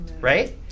right